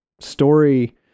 story